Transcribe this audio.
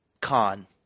Con